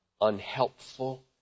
unhelpful